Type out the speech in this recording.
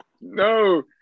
No